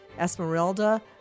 Esmeralda